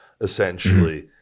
essentially